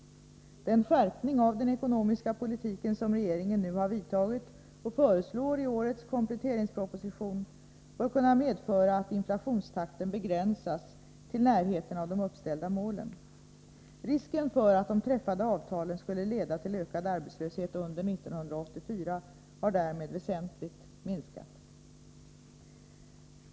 Den skärpning av den ekonomiska politiken som regeringen nu har vidtagit och föreslår i årets kompletteringsproposition bör kunna medföra att inflationstakten begränsas till närheten av de uppställda målen. Risken för att de träffade avtalen skulle leda till ökad arbetslöshet under 1984 har därmed minskat väsentligt.